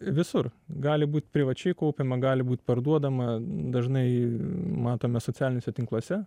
visur gali būt privačiai kaupiama gali būt parduodama dažnai matome socialiniuose tinkluose